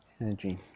energy